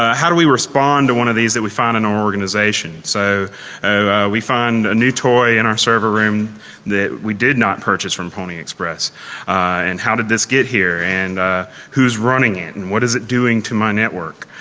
ah how do we respond to one of these that we find in our organization? so we find a new toy in our server room that we did not purchase from pwnie express and how did this get here? and who is running it? and what is it doing to my network?